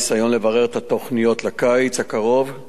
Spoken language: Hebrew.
ניסיון לברר את התוכניות לקיץ הקרוב,